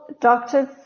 doctors